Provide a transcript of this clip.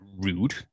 rude